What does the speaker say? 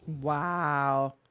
Wow